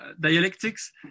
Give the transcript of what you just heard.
dialectics